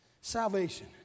Salvation